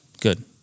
Good